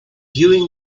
during